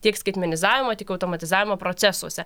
tiek skaitmenizavimo tik automatizavimo procesuose